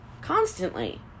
constantly